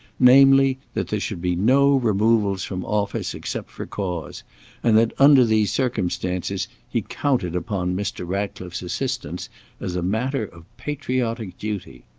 namely, that there should be no removals from office except for cause and that under these circumstances he counted upon mr. ratcliffe's assistance as a matter of patriotic duty.